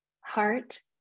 heart